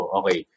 okay